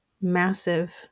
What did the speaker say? massive